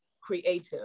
creative